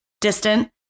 distant